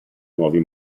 nuovi